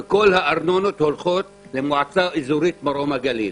וכל הארנונות הולכות למועצה אזורית מרום הגליל.